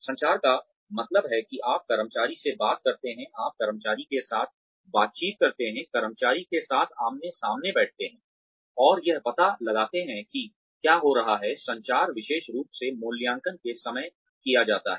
संचार का मतलब है कि आप कर्मचारी से बात करते हैं आप कर्मचारी के साथ बातचीत करते हैं कर्मचारी के साथ आमने सामने बैठते हैं और यह पता लगाते हैं कि क्या हो रहा है संचार विशेष रूप से मूल्यांकन के समय किया जाता है